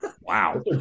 Wow